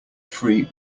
free